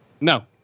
No